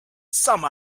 some